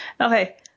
Okay